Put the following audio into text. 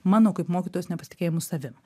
mano kaip mokytojos nepasitikėjimu savim